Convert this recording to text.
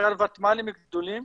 בעיקר ותמ"לים גדולים,